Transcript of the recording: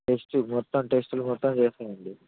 test మొత్తం టెస్ట్లు మొత్తం చేస్తాం అండి